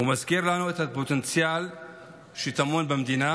הוא מזכיר לנו את הפוטנציאל שטמון במדינה